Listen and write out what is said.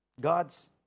God's